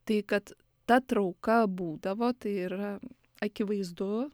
tai kad ta trauka būdavo tai yra akivaizdu